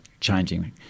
changing